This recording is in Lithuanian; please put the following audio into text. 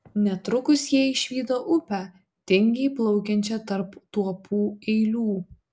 netrukus jie išvydo upę tingiai plaukiančią tarp tuopų eilių